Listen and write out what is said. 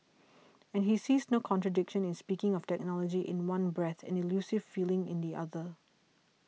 and he sees no contradiction in speaking of technology in one breath and elusive feelings in the other